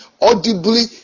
audibly